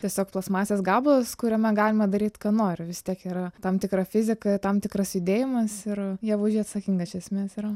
tiesiog plastmasės gabalas kuriame galima daryti ką nori vis tiek yra tam tikra fizika tam tikras judėjimas ir ieva už jį atsakinga iš esmės yra